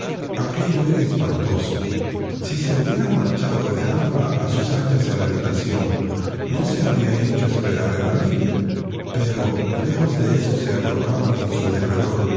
aquello era espantoso si se hubieran marchado dejándola a sus anchas en la habitación no se habría hecho esperar el alivio pero lejos de eso se agolpaban en su derredor